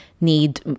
need